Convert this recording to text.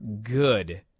good